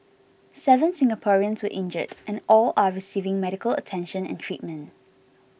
seven Singaporeans were injured and all are receiving medical attention and treatment